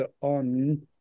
on